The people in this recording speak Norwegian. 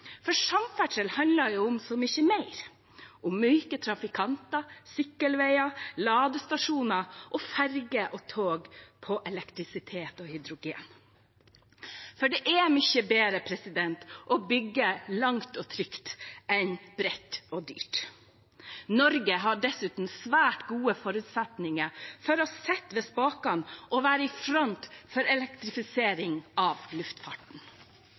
For samferdsel handler om så mye mer – om myke trafikanter, sykkelveier, ladestasjoner og ferger og tog på elektrisitet og hydrogen. Det er mye bedre å bygge langt og trygt enn bredt og dyrt. Norge har dessuten svært gode forutsetninger for å sitte ved spakene og være i front for elektrifisering av luftfarten.